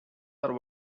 are